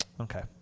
Okay